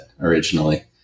originally